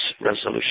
resolution